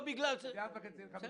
כל